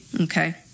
okay